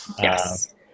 Yes